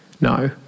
No